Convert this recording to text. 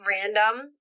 random